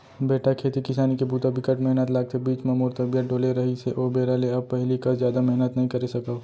बेटा खेती किसानी के बूता बिकट मेहनत लागथे, बीच म मोर तबियत डोले रहिस हे ओ बेरा ले अब पहिली कस जादा मेहनत नइ करे सकव